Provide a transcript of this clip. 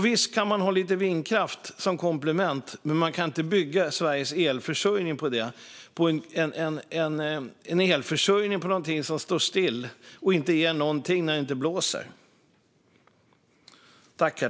Visst kan man ha lite vindkraft som komplement, men man kan inte bygga Sveriges elförsörjning på någonting som står still och inte ger någonting när det inte blåser.